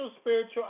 spiritual